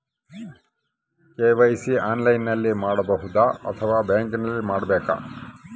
KYC ಆನ್ಲೈನಲ್ಲಿ ಮಾಡಬಹುದಾ ಅಥವಾ ಬ್ಯಾಂಕಿನಲ್ಲಿ ಮಾಡ್ಬೇಕಾ?